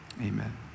Amen